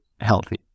healthy